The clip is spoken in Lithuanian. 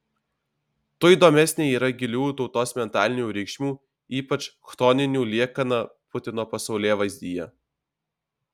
tuo įdomesnė yra giliųjų tautos mentalinių reikšmių ypač chtoninių liekana putino pasaulėvaizdyje